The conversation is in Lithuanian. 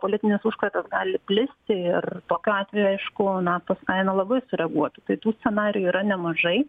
politinis užkratas gali plisti ir tokiu atveju aišku naftos kaina labai sureaguotų tai tų scenarijų yra nemažai